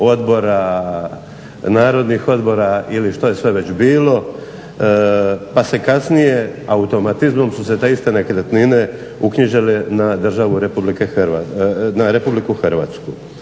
odbora, narodnih odbora ili što je sve već bilo pa se kasnije automatizmom su se te iste nekretnine uknjižile na RH.